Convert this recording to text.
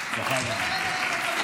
בשעה טובה